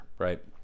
right